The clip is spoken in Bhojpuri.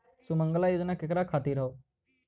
सुमँगला योजना केकरा खातिर ह?